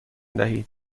دهید